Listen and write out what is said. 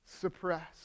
suppressed